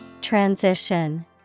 Transition